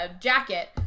jacket